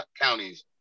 counties